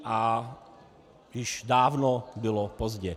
A už dávno bylo pozdě.